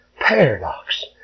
paradox